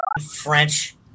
French